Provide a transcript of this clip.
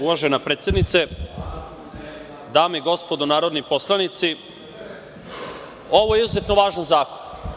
Uvažena predsednice, dame i gospodo narodni poslanici, ovo je izuzetno važan zakon.